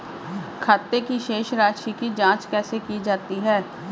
खाते की शेष राशी की जांच कैसे की जाती है?